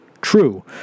true